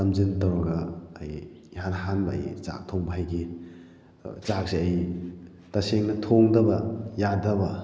ꯇꯝꯁꯤꯟ ꯇꯧꯔꯒ ꯑꯩ ꯏꯍꯥꯟ ꯍꯥꯟꯕ ꯑꯩ ꯆꯥꯛ ꯊꯣꯡꯕ ꯍꯩꯈꯤ ꯆꯥꯛꯁꯦ ꯑꯩ ꯇꯁꯦꯡꯅ ꯊꯣꯡꯗꯕ ꯌꯥꯗꯕ